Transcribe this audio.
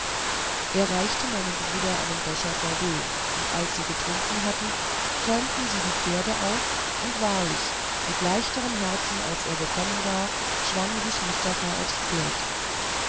er reicht meinem bruder einen becher sorbet und als sie getrunken hatten zäumten sie die pferde auf und wahrlich mit leichterem herzen als er gekommen war schwang sich mustafa aufs pferd